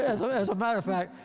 as ah as a matter of fact,